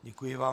Děkuji vám.